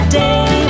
day